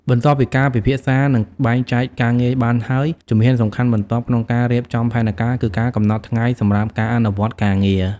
បន្ទាប់ពីការពិភាក្សា និងបែងចែកការងារបានហើយ ជំហានសំខាន់បន្ទាប់ក្នុងការរៀបចំផែនការគឺការកំណត់ថ្ងៃសម្រាប់ការអនុវត្តការងារ។